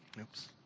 Oops